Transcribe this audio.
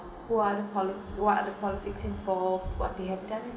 who are the poli~ what the politics involved what they have done